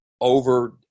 over